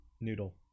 Noodle